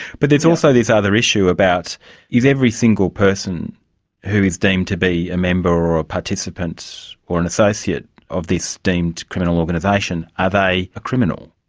but there's also this other issue about is every single person who is deemed to be a member or a participant or an associate of this deemed criminal organisation, are they a criminal?